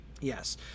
Yes